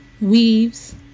weaves